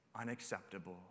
Unacceptable